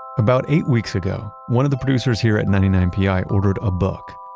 about eight weeks ago, one of the producers here at ninety nine pi ordered a book.